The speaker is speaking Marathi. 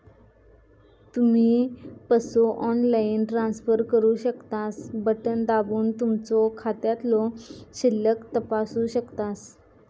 तुम्ही पसो ऑनलाईन ट्रान्सफर करू शकतास, बटण दाबून तुमचो खात्यातलो शिल्लक तपासू शकतास